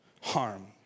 harm